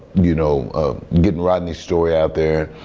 you know getting rodney's story out there.